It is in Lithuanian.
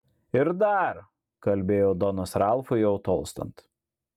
ir dar kalbėjo donas ralfui jau tolstant